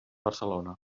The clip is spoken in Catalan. barcelona